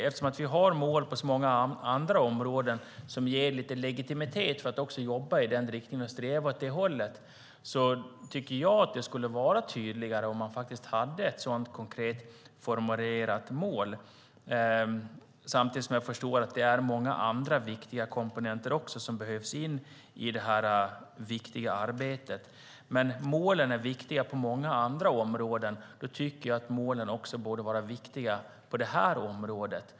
Eftersom vi har mål på många andra områden ger det lite legitimitet åt att jobba i den riktningen, sträva åt det hållet. Därför tycker jag att det vore tydligare om vi hade ett sådant konkret formulerat mål. Samtidigt förstår jag att många andra viktiga komponenter behöver föras in i det arbetet. Målen är viktiga på många andra områden, och då tycker jag att målen borde vara viktiga även på det här området.